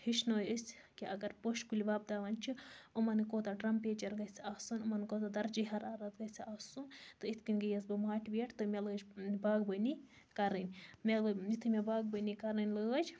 ہیٚچھنٲے أسۍ کہِ اگر پوشہِ کُلۍ وۄبداوان چھِ یِمن کوٗتاہ ٹرمپیچر گَژھِ آسُن یِمن کوٗتاہ درجہ حَرارت گَژھِ آسُن تہٕ اِتھ کنۍ گٔیَس بہٕ ماٹِویٹ تہٕ مےٚ لٲج باغبٲنی کَرٕنۍ مےٚ لٲ یِتھُے مےٚ باغبٲنی کَرٕنۍ لٲج